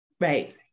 right